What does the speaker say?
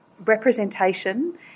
representation